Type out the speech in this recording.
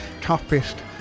toughest